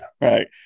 right